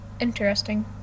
Interesting